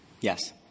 yes